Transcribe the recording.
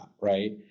right